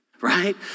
Right